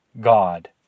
God